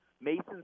Mason